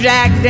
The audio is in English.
Jack